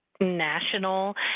national